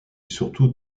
surtout